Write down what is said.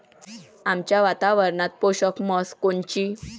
आमच्या वातावरनात पोषक म्हस कोनची?